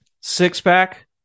six-pack